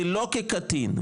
ולא כקטין,